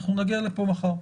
אנחנו נגיע לפה מחר.